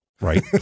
Right